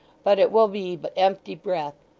but it will be but empty breath.